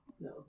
No